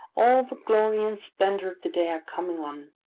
all the glory and splendour of the day are coming on,